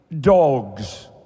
dogs